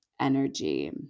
energy